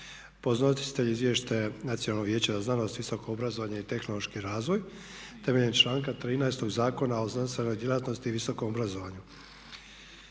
Podnositelj izvješća je Nacionalno vijeće za znanost, visoko obrazovanje i tehnološki razvoj; Temeljem članka 13. Zakona o znanstvenoj djelatnosti i visokom obrazovanju.